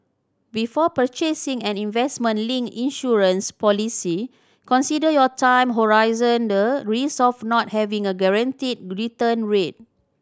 before purchasing an investment linked insurance policy consider your time horizon the risk of not having a guaranteed return rate